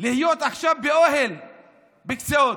להיות עכשיו באוהל בקציעות,